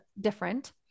different